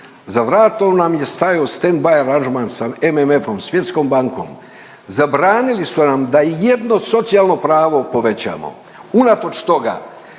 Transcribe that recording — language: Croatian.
za vratom nam je stajo stand by aranžman sa MMF-om Svjetskom bankom, zabranili su nam da i jedno socijalno pravo povećamo unatoč toga